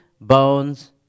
bones